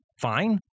fine